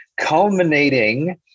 culminating